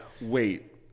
wait